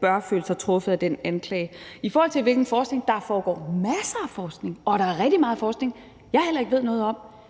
bør føle sig truffet af den anklage. I forhold til hvilken forskning der er, vil jeg sige: Der foregår masser af forskning, og der er rigtig meget forskning, jeg heller ikke ved noget om.